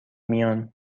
میان